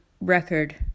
record